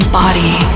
body